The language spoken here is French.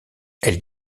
elle